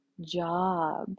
job